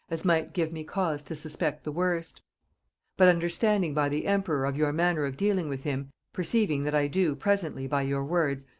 as might give me cause to suspect the worst but understanding by the emperor of your manner of dealing with him, perceiving that i do presently by your words,